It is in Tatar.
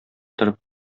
торып